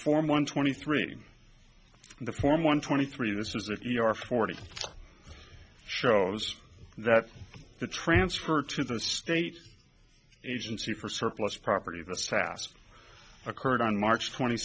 form one twenty three the form one twenty three this is if your forty shows that the transfer to the state agency for surplus property this task occurred on march twenty